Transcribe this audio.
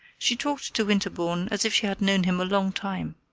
she talked to winterbourne as if she had known him a long time.